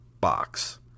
box